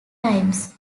times